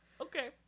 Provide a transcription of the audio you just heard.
Okay